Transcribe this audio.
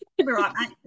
right